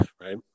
right